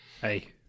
Hey